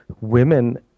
women